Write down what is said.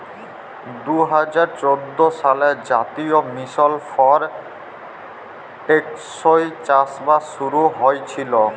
দু হাজার চোদ্দ সালে জাতীয় মিশল ফর টেকসই চাষবাস শুরু হঁইয়েছিল